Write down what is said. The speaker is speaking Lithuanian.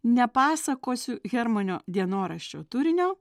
nepasakosiu hermanio dienoraščio turinio